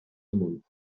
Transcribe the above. amunt